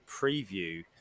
preview